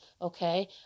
okay